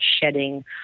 shedding